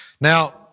Now